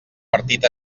partit